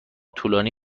طولانی